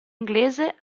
inglese